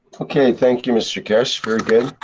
okay, thank you mr keshe, here again.